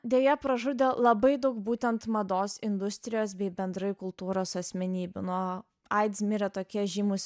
deja pražudė labai daug būtent mados industrijos bei bendrai kultūros asmenybių nuo aids mirė tokie žymūs